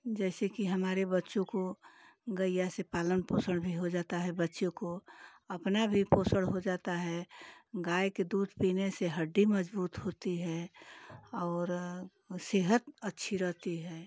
जैसे कि हमारे बच्चों को गाया से पालन पोषण भी हो जाता है बच्चों को अपना भी पोषण हो जाता है गाय के दूध पीने से हड्डी मजबूत होती है और सेहत अच्छी रहती है